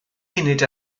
munud